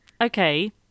Okay